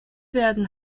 werden